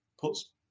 puts